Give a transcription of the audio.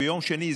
ביום שני,